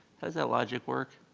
how does that logic work?